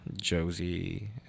Josie